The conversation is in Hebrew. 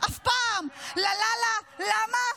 אף פעם / לה לה לה, למה?